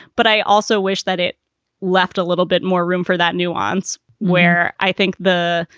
but i also wish that it left a little bit more room for that nuance where i think the,